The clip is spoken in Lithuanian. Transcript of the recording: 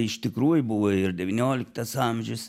iš tikrųjų buvo ir devynioliktas amžius